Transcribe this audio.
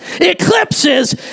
eclipses